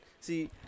See